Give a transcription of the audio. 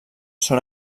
són